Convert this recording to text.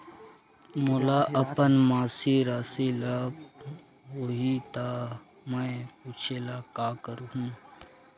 मोला अपन मासिक राशि पूछे ल होही त मैं का करहु?